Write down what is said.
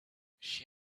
she